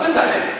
על זה תענה לי.